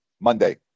Monday